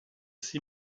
six